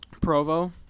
Provo